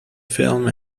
film